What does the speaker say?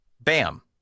bam